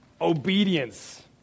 obedience